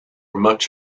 much